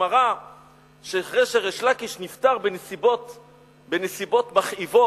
שאחרי שריש לקיש נפטר בנסיבות מכאיבות,